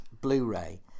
Blu-ray